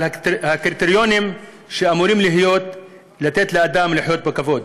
הקריטריונים שאמורים לתת לאדם לחיות בכבוד.